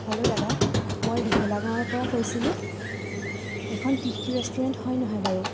hello দাদা মই দীঘলা গাঁৱৰ পৰা কৈছিলোঁ এইখন তৃপ্তি ৰেষ্টুৰেণ্ট হয় নহয় বাৰু